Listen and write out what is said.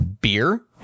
beer